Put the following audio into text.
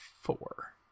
four